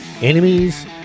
enemies